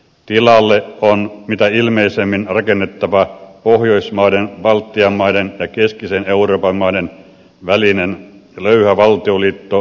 tilalle on mitä ilmeisimmin rakennettava pohjoismaiden baltian maiden ja keskisen euroopan maiden välinen löyhä valtioliitto saksan johdolla